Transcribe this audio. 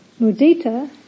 Mudita